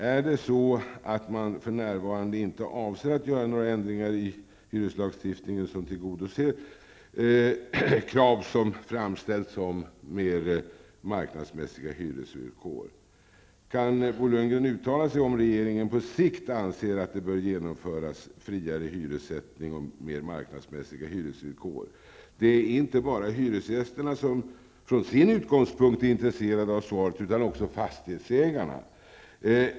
Är det så att man för närvarande inte avser att företa några ändringar i hyreslagstiftningen som tillgodoser de krav som framställs om mer marknadsmässiga hyresvillkor? Kan Bo Lundgren uttala sig om regeringen på sikt anser att det bör genomföras friare hyressättning och mer marknadsmässiga hyresvillkor? Det är inte bara hyresgästerna som är intresserade av svaret utan också fastighetsägarna.